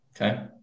Okay